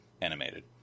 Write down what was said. animated